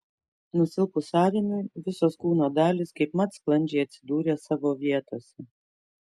nusilpus sąrėmiui visos kūno dalys kaipmat sklandžiai atsidūrė savo vietose